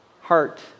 heart